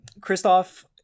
christoph